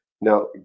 now